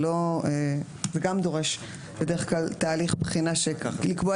בדרך כלל זה גם דורש תהליך בחינה לקבוע